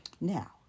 Now